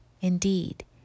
Indeed